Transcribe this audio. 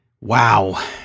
Wow